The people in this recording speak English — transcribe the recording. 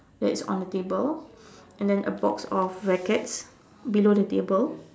that is on the table and then a box of rackets below the table